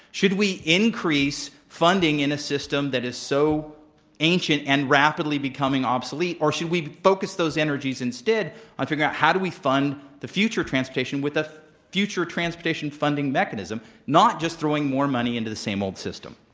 should we increase funding in a system that is so ancient and rapidly becoming obsolete, or should we focus those energies instead on figuring out, how do we fund the future transportation with a future transportation funding mechanism, not just throwing more money into the same old system?